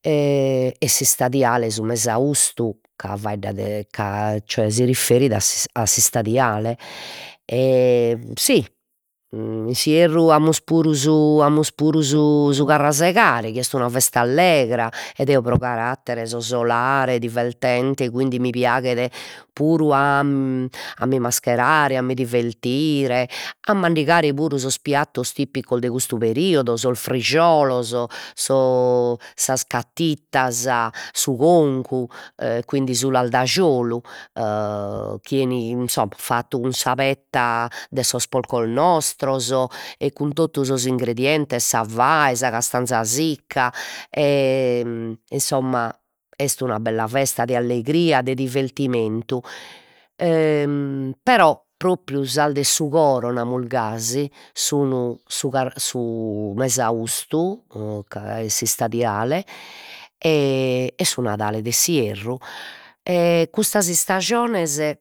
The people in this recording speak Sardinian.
e e s'istadiale su mesaustu ca faeddat de ca cioè si riferit a a s'istadiale e si in s'ierru amus puru su amus puru su su carrasegare chi est una festa allegra e eo pro carattere so solare, divertente quindi mi piaghet puru a a mi a mi divertire, a mandigare puru sos piattos tipicos de custu periodu, sos frisciolos, sos sas cattitas, su concu e quindi su e chi 'enit insomma fattu cun sa petta de sos polcos nostros e cun totu sos ingredientes, sa fae, sa castanza sicca e insomma est una bella festa de allegria, de divertimentu però propriu sas de su coro namus gasi sun su car su mesaustu e ca e s'istadiale e e su Nadale de s'ierru e custas istajones